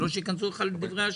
אבל שלא ייכנסו אחד לדברי השני,